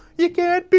you can't